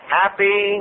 happy